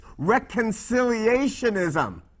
reconciliationism